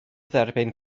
dderbyn